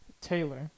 Taylor